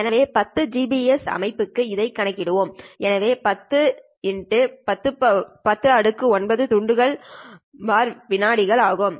எனவே 10 Gbps அமைப்புக்கு இதைக் கணக்கிடுவோம் எனவே 10 x 10 9துண்டுகள்வினாடிகள் ஆகும்